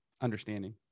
understanding